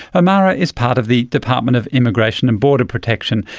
omara is part of the department of immigration and border protection,